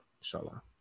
inshallah